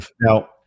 Now